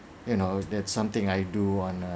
you know that something I do on a